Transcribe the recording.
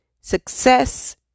success